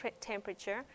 temperature